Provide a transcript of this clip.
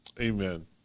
amen